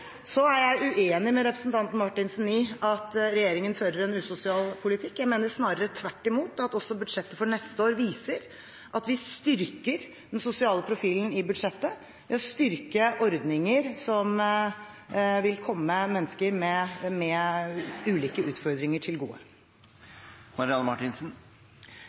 Så er jeg uenig med representanten Marthinsen i at regjeringen fører en usosial politikk. Jeg mener snarere tvert imot at også budsjettet for neste år viser at vi styrker den sosiale profilen i budsjettet ved å styrke ordninger som vil komme mennesker med ulike utfordringer til gode.